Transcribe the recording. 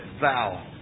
thou